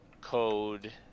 code